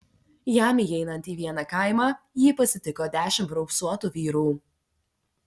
jam įeinant į vieną kaimą jį pasitiko dešimt raupsuotų vyrų